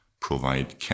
provide